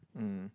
hmm